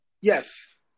Yes